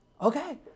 Okay